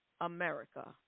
America